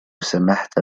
سمحت